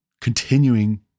continuing